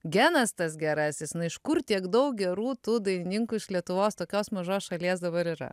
genas tas gerasis na iš kur tiek daug gerų tų dainininkų iš lietuvos tokios mažos šalies dabar yra